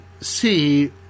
see